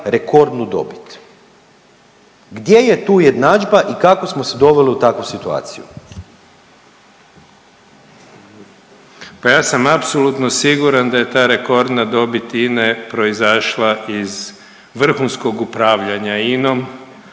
rekordnu dobit? Gdje je tu jednadžba i kako smo se doveli u takvu situaciju? **Brumnić, Zvane (Nezavisni)** Pa ja sam apsolutno siguran da je ta rekordna dobit INA-e proizašla iz vrhunskog upravljanja INA-om